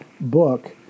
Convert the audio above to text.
book